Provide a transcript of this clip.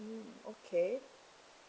mm okay